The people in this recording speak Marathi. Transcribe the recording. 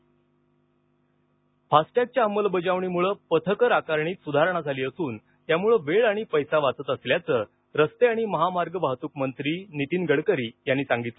फास्टॅग गडकरी फास्टॅगच्या अंमलबजावणीमुळे पथकर आकारणीत सुधारणा झाली असून त्यामुळे वेळ आणि पैसा वाचत असल्याचं रस्ते आणि महामार्ग वाहतूक मंत्री नितीन गडकरी यांनी सांगितलं